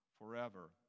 forever